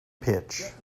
pitch